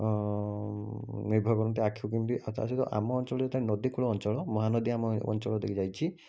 ନିର୍ଭର କରନ୍ତି ଆଖୁ କେମିତି ଆଉ ତାସହିତ ଆମ ଅଞ୍ଚଳରେ ତ ନଦୀ କୂଳ ଅଞ୍ଚଳ ମହାନଦୀ ଆମ ଅଞ୍ଚଳ ଦେଇକି ଯାଇଛି